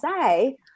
say